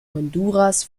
honduras